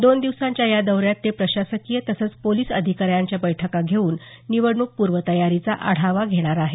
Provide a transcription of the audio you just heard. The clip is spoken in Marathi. दोन दिवसांच्या या दौऱ्यात ते प्रशासकीय तसंच पोलिस अधिकाऱ्यांच्या बैठका घेऊन निवडणूक पूर्वतयारीचा आढावा घेणार आहेत